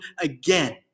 again